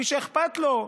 מי שאכפת לו.